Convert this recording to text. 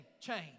change